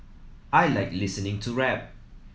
I like listening to rap